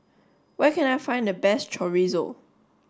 where can I find the best Chorizo